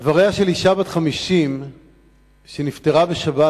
איבריה של אשה בת 50 שנפטרה בשבת,